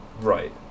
Right